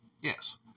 Yes